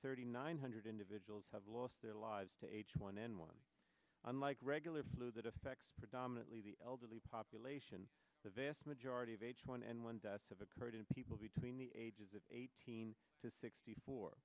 thirty nine hundred individuals have lost their lives to h one n one unlike regular flu that affects predominantly the elderly population the vast majority of h one n one deaths have occurred in people between the ages of eighteen to sixty four